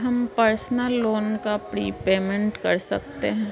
क्या हम personal loan का प्रीपेमेंट कर सकते हैं?